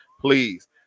please